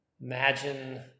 imagine